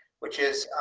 which is,